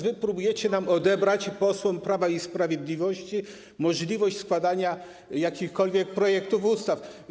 Wy próbujecie natomiast odebrać nam, posłom Prawa i Sprawiedliwości, możliwość składania jakichkolwiek projektów ustaw.